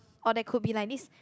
or there could be like this